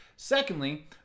Secondly